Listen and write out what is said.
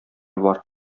бар